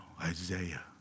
Isaiah